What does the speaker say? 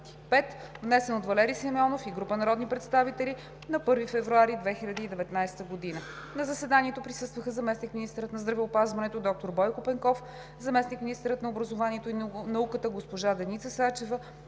внесен от Валери Симеонов и група народни представители на 1 февруари 2019 г. На заседанието присъстваха заместник-министърът на здравеопазването доктор Бойко Пенков, заместник-министърът на образованието и науката госпожа Деница Сачева,